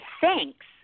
Thanks